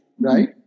right